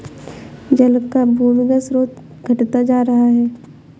जल का भूमिगत स्रोत घटता जा रहा है